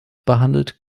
behandelt